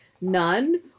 none